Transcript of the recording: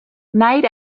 night